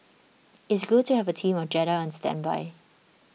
it's good to have a team of Jedi on standby